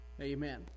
Amen